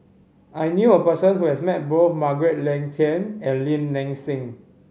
I knew a person who has met both Margaret Leng Tan and Lim Nang Seng